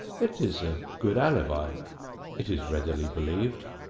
it is a good alibi it is readily believed,